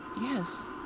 Yes